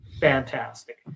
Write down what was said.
fantastic